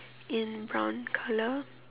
in brown colour